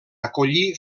acollir